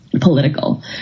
political